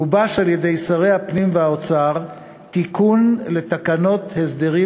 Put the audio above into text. גובש על-ידי שרי הפנים והאוצר תיקון לתקנות הסדרים